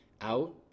out